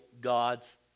God's